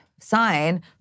sign